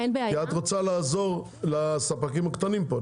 כי את רוצה לעזור לספקים הקטנים פה,